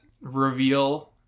reveal